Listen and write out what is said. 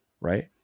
right